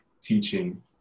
teaching